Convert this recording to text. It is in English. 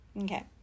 Okay